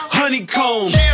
honeycombs